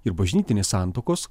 ir bažnytinės santuokos